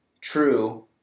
True